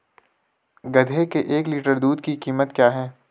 गधे के एक लीटर दूध की कीमत क्या है?